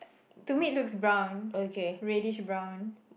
to me it looks brown radish brown